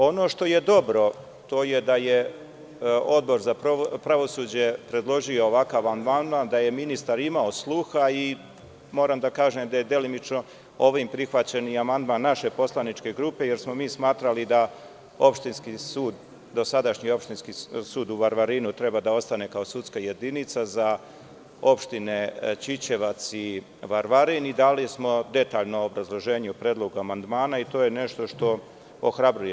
Ono što je dobro, to je da je Odbor za pravosuđe predložio ovakav amandman, da je ministar imao sluha i moram da kažem da je delimično ovim prihvaćen i amandman naše poslaničke grupe, jer smo mi smatrali da dosadašnji Opštinski sud u Varvarinu treba da ostane kao sudska jedinica za opštine Ćićevac i Varvarin i dali smo detaljno obrazloženje u predlogu amandmana i to je nešto što ohrabruje.